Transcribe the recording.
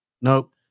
Nope